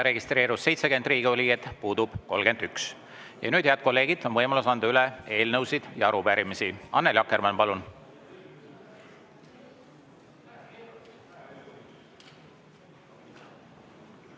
registreerus 70 Riigikogu liiget, puudub 31. Ja nüüd, head kolleegid, on võimalus anda üle eelnõusid ja arupärimisi. Annely Akkermann, palun!